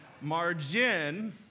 Margin